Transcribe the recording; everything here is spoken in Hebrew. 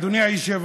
יעלה.